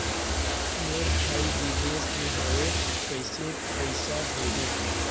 मोर भाई विदेश मे हवे कइसे पईसा भेजो?